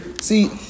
see